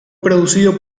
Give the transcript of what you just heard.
producido